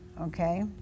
okay